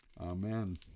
Amen